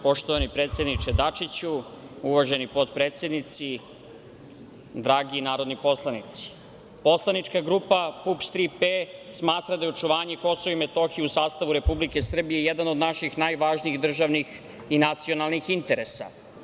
Poštovani predsedniče Dačiću, uvaženi potpredsednici, dragi narodni poslanici, poslanička grupa PUPS - "Tri P" smatra da je očuvanje KiM u sastavu Republike Srbije jedan od naših najvažnijih državnih i nacionalnih interesa.